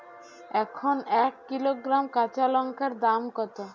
এখন এক কিলোগ্রাম কাঁচা লঙ্কার দাম কত?